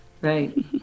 right